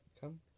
Come